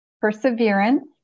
perseverance